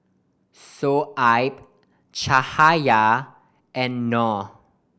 Shoaib Cahaya and Noh